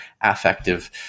affective